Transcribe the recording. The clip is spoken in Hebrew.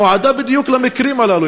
נועדה בדיוק למקרים הללו.